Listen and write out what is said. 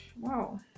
wow